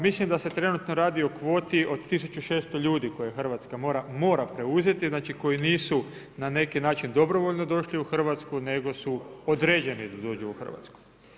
Mislim da se trenutno radi o kvoti od 1600 ljudi koje Hrvatska mora preuzeti, znači koji nisu na neki način dobrovoljno došli u Hrvatsku nego su podređeni da dođu u Hrvatsku.